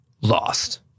Lost